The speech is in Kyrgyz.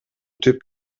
түп